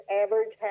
average